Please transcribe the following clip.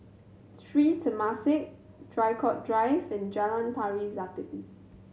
Sri Temasek Draycott Drive and Jalan Tari Zapin